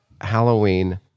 Halloween